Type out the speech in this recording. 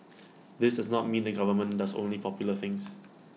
this does not mean the government does only popular things